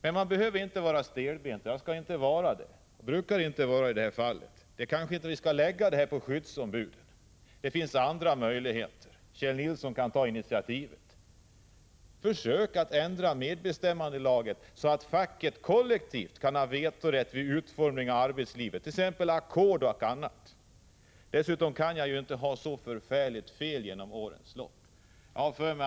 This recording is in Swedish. Men man behöver inte vara stelbent, och jag brukar inte vara det. Vi kanske inte skall lägga detta på skyddsombuden. Det finns andra möjligheter. Kjell Nilsson kan ta initiativet. Försök att ändra medbestämmandelagen så att facket kollektivt kan ha vetorätt vid utformning av t.ex. ackord och annat inom arbetslivet! Dessutom kan jag inte ha haft så förfärligt fel under årens lopp.